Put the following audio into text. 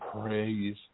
praise